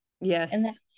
Yes